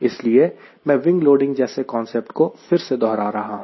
इसलिए मैं wing loading जैसे कांसेप्ट को फिर से दोहरा रहा हूं